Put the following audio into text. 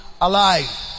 alive